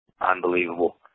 Unbelievable